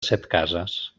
setcases